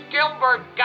Gilbert